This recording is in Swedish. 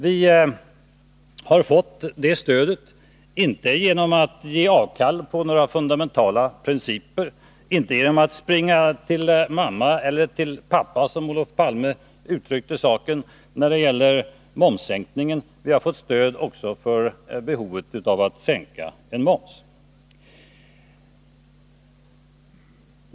Vi har fått det stödet, inte genom att ge avkall på några fundamentala principer, inte genom att springa till mamma eller pappa, som Olof Palme uttryckte saken när det gällde momssänkningen — vi har fått stöd också för behovet av att sänka momsen.